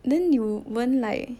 then you won't like